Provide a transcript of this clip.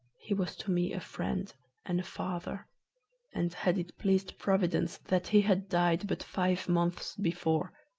he was to me a friend and a father and, had it pleased providence that he had died but five months before,